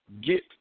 get